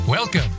Welcome